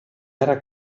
era